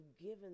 given